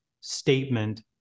statement